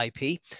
IP